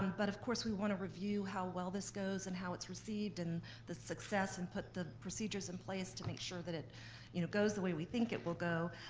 um but of course we want to review how well this goes and how it's received, and the success, and put the procedures in place to make sure that it you know goes the way we think it will go